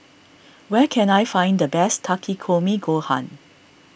where can I find the best Takikomi Gohan